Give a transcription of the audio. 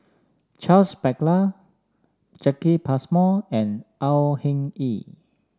Charles Paglar Jacki Passmore and Au Hing Yee